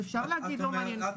אז אפשר להגיד לא מעניין,